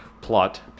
plot